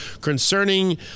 concerning